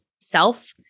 Self